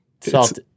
salt